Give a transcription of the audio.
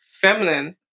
feminine